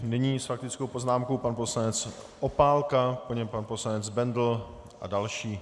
Nyní s faktickou poznámkou pan poslanec Opálka, po něm pan poslanec Bendl a další.